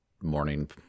morning